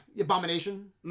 abomination